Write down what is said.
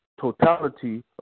totality